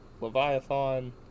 Leviathan